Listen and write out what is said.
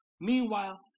Meanwhile